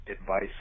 advice